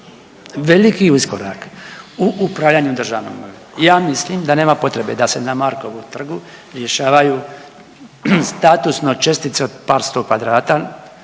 veliki iskorak u upravljanju državnom imovinom. Ja mislim da nema potrebe da se na Markovu trgu rješavaju statusno čestice od par sto kvadrata,